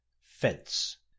Fence